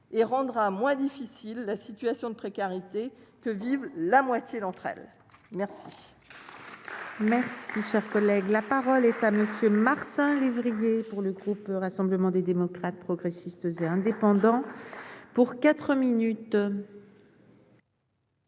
et rendra moins difficile, la situation de précarité que vivent la moitié d'entre elles. Merci, merci, cher collègue, la parole est à monsieur Martin lévrier. Pour le groupe Rassemblement des démocrates progressistes et indépendants pour 4 minutes.